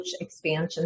expansion